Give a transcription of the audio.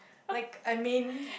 like I mean